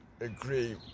agree